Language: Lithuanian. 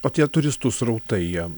o tie turistų srautai jiem